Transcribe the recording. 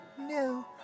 No